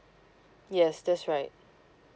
yes that's right